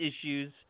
issues